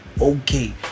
Okay